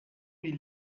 wie